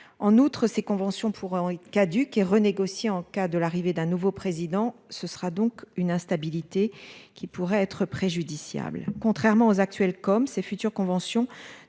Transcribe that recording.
En outre, ces conventions pourront-ils caduc et renégocier en cas de l'arrivée d'un nouveau président, ce sera donc une instabilité qui pourraient être préjudiciables contrairement aux actuels comme ses futures convention